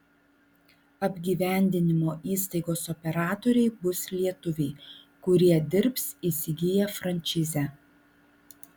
apgyvendinimo įstaigos operatoriai bus lietuviai kurie dirbs įsigiję frančizę